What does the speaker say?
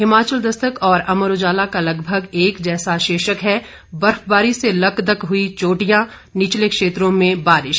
हिमाचल दस्तक और अमर उजाला का लगभग एक सौ शीर्षक है बर्फबारी से लकदक हुई चोटियां निचले क्षेत्रों में बारिश